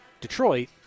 Detroit